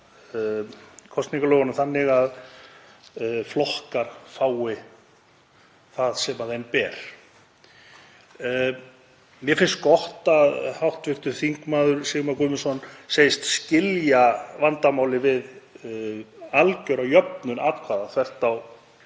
kosningalögunum þannig að flokkar fái það sem þeim ber. Mér finnst gott að hv. þm. Sigmar Guðmundsson segist skilja vandamálið við algjöra jöfnun atkvæða þvert á